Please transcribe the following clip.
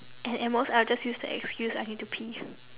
at at most I'll just use the excuse I need to pee